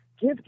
give